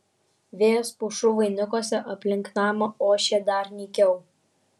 vėjas pušų vainikuose aplink namą ošė dar nykiau